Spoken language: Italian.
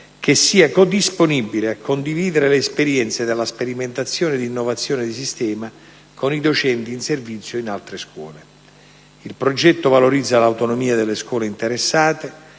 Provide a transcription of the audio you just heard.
che sia disponibile a condividere le esperienze della sperimentazione ed innovazione di sistema con i docenti in servizio in altre scuole. Il progetto valorizza l'autonomia delle scuole interessate,